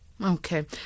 Okay